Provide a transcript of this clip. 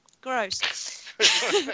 Gross